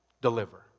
Deliver